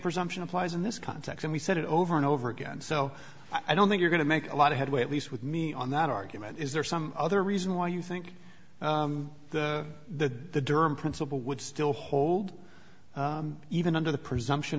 presumption applies in this context and we said it over and over again so i don't think you're going to make a lot of headway at least with me on that argument is there some other reason why you think that the derm principle would still hold even under the presumption